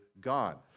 God